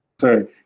Sorry